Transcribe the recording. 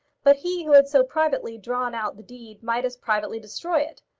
but he who had so privately drawn out the deed might as privately destroy it.